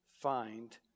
find